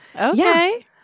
Okay